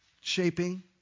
shaping